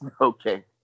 Okay